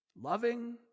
loving